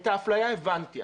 את האפליה הבנתי.